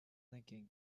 thinking